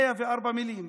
104 מילים: